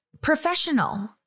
professional